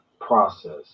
process